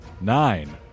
Nine